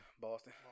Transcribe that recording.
Boston